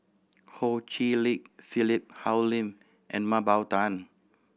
Ho Chee Lick Philip Hoalim and Mah Bow Tan